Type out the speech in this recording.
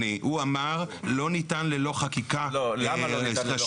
הוא אמר שלא ניתן ללא חקיקה ראשית.